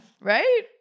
right